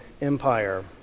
Empire